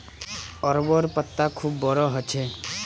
अरबोंर पत्ता खूब बोरो ह छेक